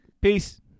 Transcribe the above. peace